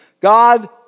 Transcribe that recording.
God